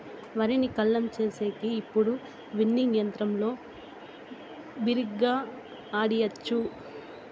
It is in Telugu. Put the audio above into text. వరిని కల్లం చేసేకి ఇప్పుడు విన్నింగ్ యంత్రంతో బిరిగ్గా ఆడియచ్చు